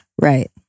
Right